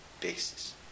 basis